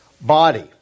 body